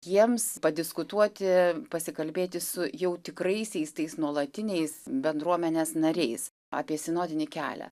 jiems padiskutuoti pasikalbėti su jau tikraisiais tais nuolatiniais bendruomenės nariais apie sinodinį kelią